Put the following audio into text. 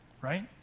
right